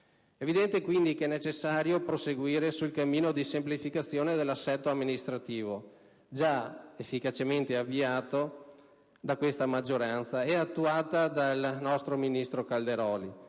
evidente quindi che è necessario proseguire sul cammino di semplificazione dell'assetto amministrativo, già efficacemente avviato da questa maggioranza e attuato dal nostro ministro Calderoli,